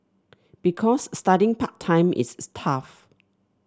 because studying part time is tough